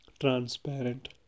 transparent